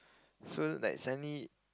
so like suddenly